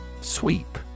Sweep